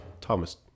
Thomas